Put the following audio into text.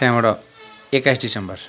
त्यहाँबाट एक्काइस दिसम्बर